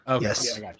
Yes